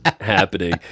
happening